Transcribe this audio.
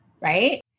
right